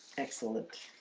excellent.